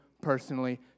personally